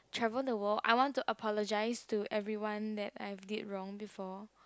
travel the world I want to apologise to everyone that I have did wrong before